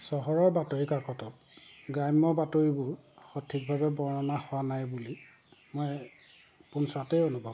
চহৰৰ বাতৰিকাকতত গ্ৰাম্য বাতৰিবোৰ সঠিকভাৱে বৰ্ণনা হোৱা নাই বুলি মই পোনচাতে অনুভৱ কৰোঁ